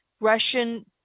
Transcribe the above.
Russian